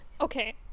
okay